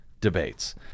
debates